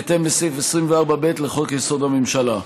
בהתאם לסעיף 24(ב) לחוק-יסוד: הממשלה.